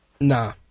Nah